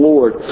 Lord